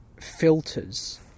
filters